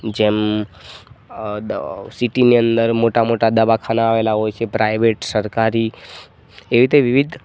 જેમ સિટિની અંદર મોટા મોટા દવાખાના આવેલા હોય છે પ્રાઇવેટ સરકારી એવી રીતે વિવિધ